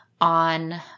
on